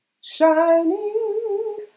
shining